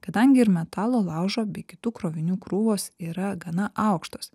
kadangi ir metalo laužo bei kitų krovinių krūvos yra gana aukštos